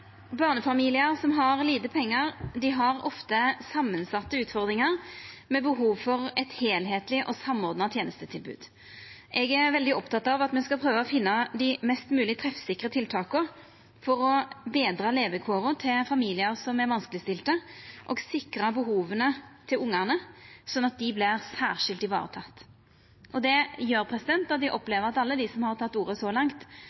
veldig oppteken av at me skal prøva å finna dei mest mogleg treffsikre tiltaka for å betra levekåra til familiar som er vanskelegstilte, og sikra behova til ungane sånn at dei vert særskilt varetekne. Eg opplever at alle dei som har teke ordet så langt,